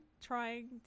trying